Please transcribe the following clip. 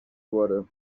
wurde